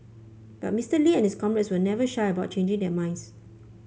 but Mister Lee and his comrades were never shy about changing their minds